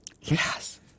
Yes